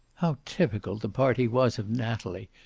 how typical the party was of natalie,